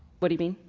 what do you mean?